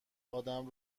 ادم